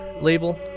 label